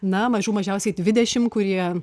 na mažų mažiausiai dvidešimt kurie